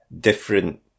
different